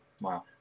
Wow